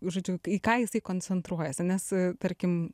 žodžiu į ką jisai koncentruojasi nes tarkim